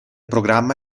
programma